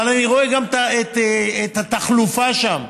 אבל אני רואה גם את התחלופה שם,